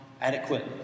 adequate